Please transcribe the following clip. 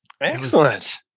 Excellent